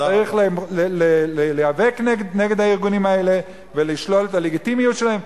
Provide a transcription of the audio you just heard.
צריך להיאבק נגד הארגונים האלה ולשלול את הלגיטימיות שלהם.